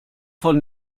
von